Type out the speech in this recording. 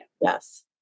Yes